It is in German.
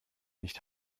nicht